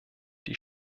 die